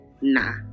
nah